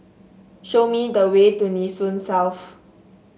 show me the way to Nee Soon South